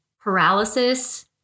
paralysis